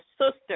sister